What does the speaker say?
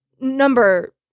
number